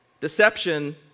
Deception